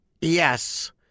Yes